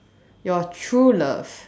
your true love